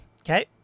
Okay